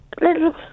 Little